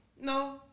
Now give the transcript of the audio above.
No